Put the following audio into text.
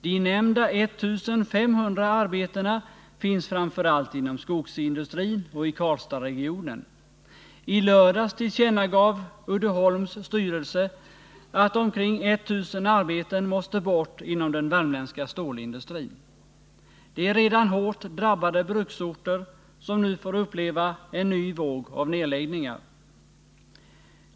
De nämnda 1 500 arbetena finns framför allt inom skogsindustrin och i Karlstadregionen. I lördags tillkännagav Uddeholms styrelse att omkring 1 000 arbeten måste bort inom den värmländska stålindustrin. Det är redan hårt drabbade bruksorter som nu får uppleva en ny våg av nedläggningar.